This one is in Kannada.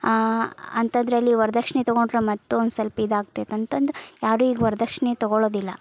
ಅಂಥದ್ದರಲ್ಲಿ ವರದಕ್ಷ್ಣೆ ತೊಗೊಂಡ್ರೂ ಮತ್ತು ಒಂದು ಸ್ವಲ್ಪ ಇದಾಗ್ತೈತೆ ಅಂತಂದು ಯಾರೂ ಈಗ ವರದಕ್ಷ್ಣೆ ತೊಗೊಳ್ಳೋದಿಲ್ಲ